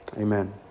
Amen